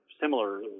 similar